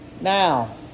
now